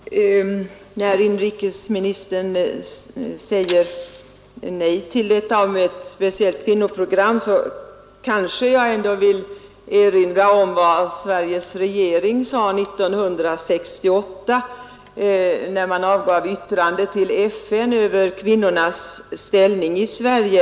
Herr talman! När inrikesministern säger nej till ett speciellt utvecklingsprogram för kvinnor vill jag erinra om vad Sveriges regering sade 1968, då man avgav yttrande till FN över kvinnornas ställning i Sverige.